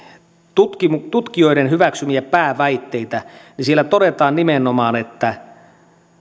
tutkijoiden tutkijoiden hyväksymiä pääväitteitä niin siellä todetaan nimenomaan että